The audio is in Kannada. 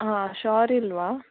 ಹಾಂ ಶೋರ್ ಇಲ್ಲವಾ